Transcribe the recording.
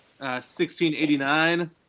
1689